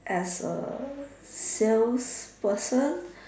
as a sales person